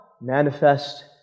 manifest